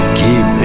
keep